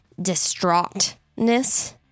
distraughtness